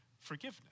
forgiveness